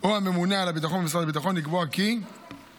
או הממונה על הביטחון במשרד הביטחון לקבוע כי תקיפת